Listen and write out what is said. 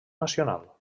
nacional